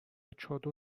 چادر